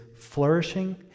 flourishing